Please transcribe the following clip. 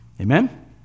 Amen